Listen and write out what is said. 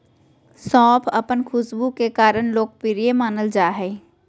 सौंफ अपन खुशबू के कारण लोकप्रिय मानल जा हइ